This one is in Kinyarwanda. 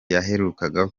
yaherukaga